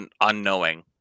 unknowing